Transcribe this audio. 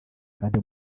handi